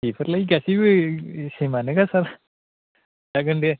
बेफोरलाय गासैबो सेमानोखा सार जागोन दे